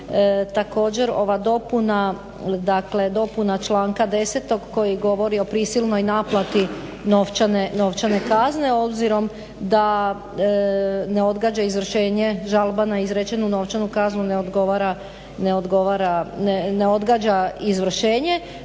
također ova dopuna članka 10. Koji govori o prisilnoj naplati novčane kazne obzirom da ne odgađa izvršenje žalbe na izrečenu novčanu kaznu ne odgađa izvršenje